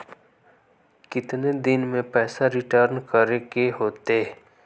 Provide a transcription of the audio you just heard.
कितने दिन में पैसा रिटर्न करे के होते?